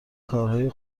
کارهای